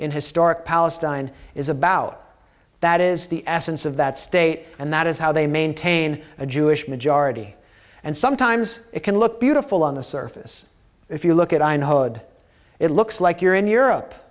in historic palestine is about that is the essence of that state and that is how they maintain a jewish majority and sometimes it can look beautiful on the surface if you look at eindhoven it looks like you're in europe